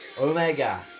Omega